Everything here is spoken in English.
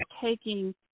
taking